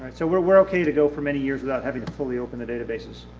and so we're we're okay to go for many years without having to fully open the databases.